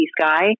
Sky